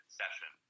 session